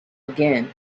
again